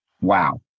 wow